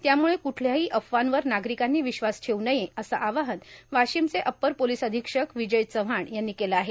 त्यामुळं कुठल्याही अफवांवर नागरांकांनी र्वश्वास ठेव् नये असं आवाहन वर्वाशमचे अप्पर पोलोस अधीक्षक र्वाजय चव्हान यांनी केलं आहे